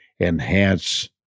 enhance